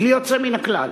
בלי יוצא מן הכלל,